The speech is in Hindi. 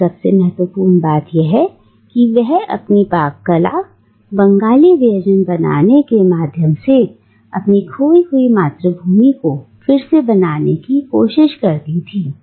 और सबसे महत्वपूर्ण बात यह है कि वह अपनी पाक कला बंगाली व्यंजन पकाने के माध्यम से अपनी खोई हुई मातृभूमि को फिर से बनाने की कोशिश करती थी